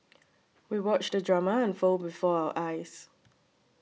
we watched the drama unfold before our eyes